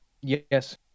Yes